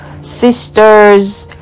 sisters